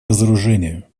разоружению